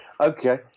okay